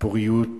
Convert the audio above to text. פוריות -- תודה.